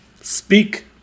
speak